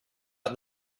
got